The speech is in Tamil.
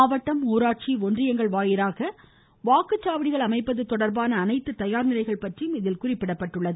மாவட்டம் ஊராட்சி ஒன்றியங்கள் வாரியாக வாக்குச்சாவடிகள் அமைப்பது தொடர்பான அனைத்து தயார் நிலைகள் பற்றியும் இதில் குறிப்பிடப்பட்டுள்ளது